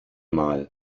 mal